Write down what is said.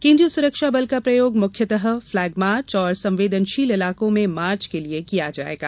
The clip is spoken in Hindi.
केन्द्रीय सुरक्षा बल का प्रयोग मुख्यतरू फ्लेग मार्च और संवेदनषील इलाकों में मार्च के लिये किया जायेगा